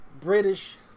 British